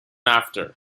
after